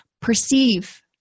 perceive